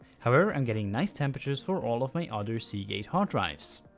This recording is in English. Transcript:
however, i'm getting nice temperatures for all of my other seagate hard drives.